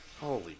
Holy